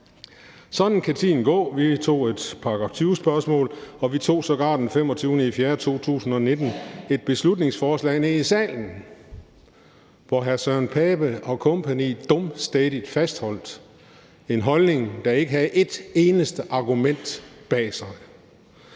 Sådan kan tiden gå. Vi tog et § 20-spørgsmål, og vi tog sågar den 25. april 2019 et beslutningsforslag ned i salen, hvor hr. Søren Pape Poulsen og kompagni dumstædigt fastholdt en holdning, der ikke havde et eneste argument bag sig.